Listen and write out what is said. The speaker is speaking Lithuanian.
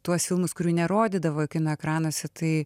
tuos filmus kurių nerodydavo kino ekranuose tai